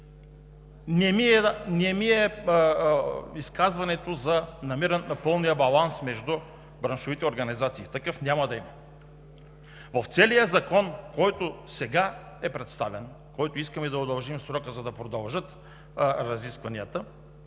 Не ми е изказването за намирането на пълния баланс между браншовите организации – такъв няма да има. В целия закон, който сега е представен, на който искаме да удължим срока, за да продължат разискванията,